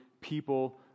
people